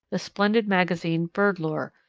the splendid magazine bird-lore,